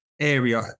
area